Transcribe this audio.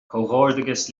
comhghairdeas